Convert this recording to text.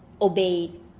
obeyed